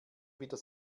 wieder